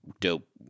dope